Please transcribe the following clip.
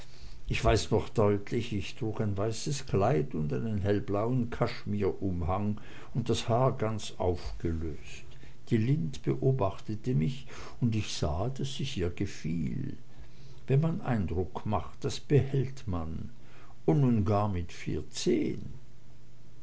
ich weiß noch deutlich ich trug ein weißes kleid und einen hellblauen kaschmirumhang und das haar ganz aufgelöst die lind beobachtete mich und ich sah daß ich ihr gefiel wenn man eindruck macht das behält man und nun gar mit vierzehn